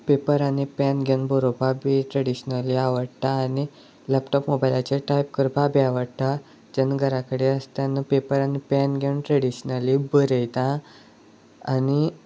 paper आनी pen घेवन बरोवपा बी ट्रेडिशनली आवडटा आनी लॅपटॉप मोबायलाचेर टायप करपा बी आवडटा जेन्ना घराकडेन आसता तेन्ना पेपर आनी पॅन घेवन ट्रेडिशनली बरयता आनी